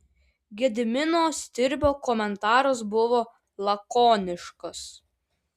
gedimino stirbio komentaras buvo lakoniškas